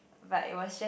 but it was just